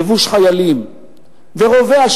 לבוש חיילים./ ורובה על